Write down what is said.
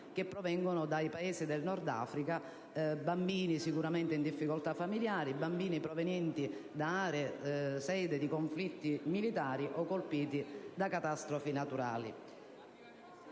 che provengono dai Paesi del Nord Africa, bambini sicuramente in difficoltà familiari, bambini provenienti da aree sede di conflitti militari o colpiti da catastrofi naturali.